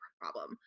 problem